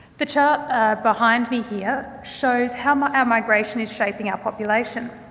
the chart behind me here shows how our migration is shaping our population.